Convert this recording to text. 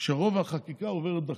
שרוב החקיקה עוברת דרכן,